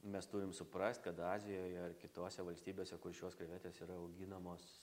mes turim suprast kad azijoje ar kitose valstybėse kur šios krevetės yra auginamos